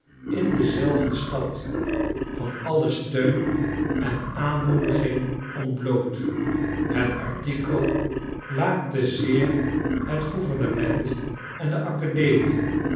in deze zelfde stad van allen steun en aanmoediging ontbloot het artikel laakte zeer het gouvernement en de academie